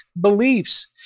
beliefs